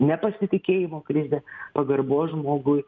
nepasitikėjimo krizė pagarbos žmogui